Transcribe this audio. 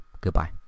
Goodbye